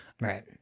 right